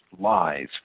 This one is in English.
lies